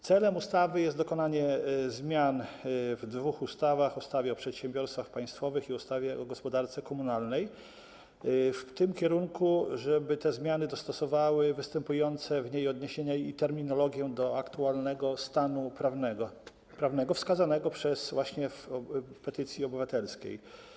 Celem ustawy jest dokonanie zmian w dwóch ustawach, ustawie o przedsiębiorstwach państwowych i ustawie o gospodarce komunalnej, w tym kierunku, żeby te zmiany dostosowały występujące w niej odniesienia i terminologię do aktualnego stanu prawnego wskazanego właśnie w petycji obywatelskiej.